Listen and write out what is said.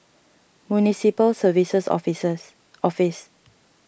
Municipal Services Offices